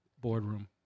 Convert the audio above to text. boardroom